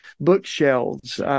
bookshelves